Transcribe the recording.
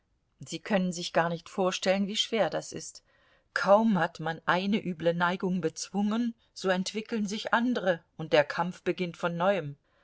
sie können sich gar nicht vorstellen wie schwer das ist kaum hat man eine üble neigung bezwungen so entwickeln sich andre und der kampf beginnt von neuem